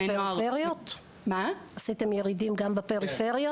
עשיתם ירידים גם בפריפריות?